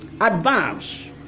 advance